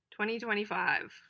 2025